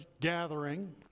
gathering